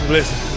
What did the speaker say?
Listen